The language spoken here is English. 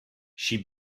she